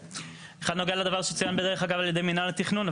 אחד נוגע לדבר שצוין בדרך אגב על ידי מינהל התכנון,